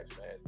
man